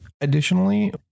Additionally